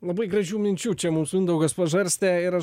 labai gražių minčių čia mūsų mindaugas pažarstė ir aš